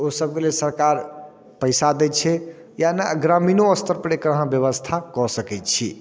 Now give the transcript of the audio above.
ओहि सभके लेल सरकार पैसा दे छै यानि ग्रामीणो स्तरपर एकर अहाँ व्यवस्था कऽ सकै छी